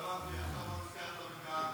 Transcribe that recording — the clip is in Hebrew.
לא הבנתי למה נזכרת עכשיו כהנא?